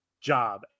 job